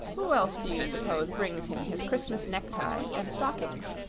who else do you suppose brings him his christmas neckties and stockings?